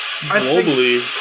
globally